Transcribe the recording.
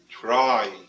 try